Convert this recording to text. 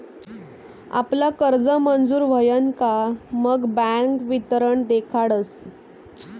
आपला कर्ज मंजूर व्हयन का मग बँक वितरण देखाडस